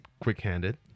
quick-handed